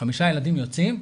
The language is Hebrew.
חמישה ילדים יוצאים,